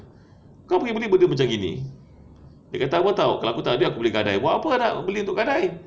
kau beli benda macam gini dia kata apa [tau] kalau aku takde duit aku boleh gadai buat apa gadai beli untuk gadai